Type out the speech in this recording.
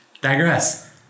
digress